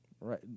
right